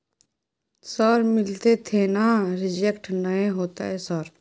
Sir मिलते थे ना रिजेक्ट नय होतय सर?